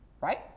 right